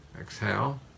Exhale